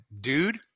dude